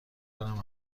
دارم